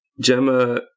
Gemma